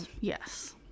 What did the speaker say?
Yes